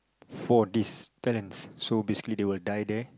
for this talents so basically they will die there